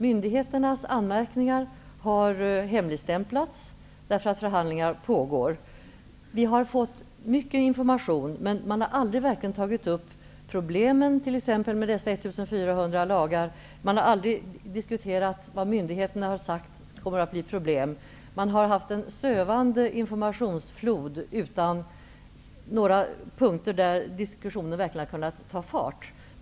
Myndigheternas anmärkningar har hemligstämplats, därför att förhandlingar pågår. Vi har fått mycket information, men problemen, belysta av myndigheterna, när det gäller exempelvis dessa 1 400 lagar har aldrig riktigt diskuterats. Informationsfloden har varit sövande utan några punkter där diskussionen verkligen har kunnat ta fart.